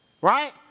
Right